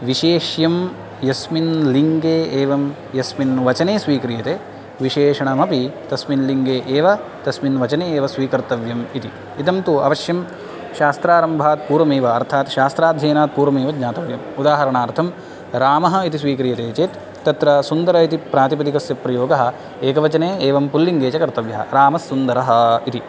विशेष्यं यस्मिन् लिङ्गे एवं यस्मिन् वचने स्वीक्रियते विशेषणमपि तस्मिन् लिङ्गे एव तस्मिन् वचने एव स्वीकर्तव्यम् इति इदं तु अवश्यं शास्त्रारम्भात् पूर्वमेव अर्थात् शास्त्राध्ययनात् पूर्वमेव ज्ञातव्यम् उदाहरणार्थं रामः इति स्वीक्रियते चेत् तत्र सुन्दर इति प्रातिपदिकस्य प्रयोगः एकवचने एवं पुल्लिङ्गे च कर्तव्यः रामस्सुन्दरः इति